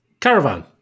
Caravan